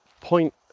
point